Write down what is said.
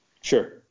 Sure